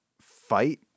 fight